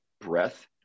breath